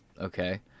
okay